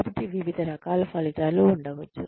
కాబట్టి వివిధ రకాల ఫలితాలు ఉండవచ్చు